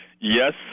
Yes